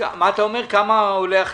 כמה עולים החיסונים?